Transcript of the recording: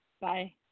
Bye